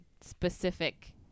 specific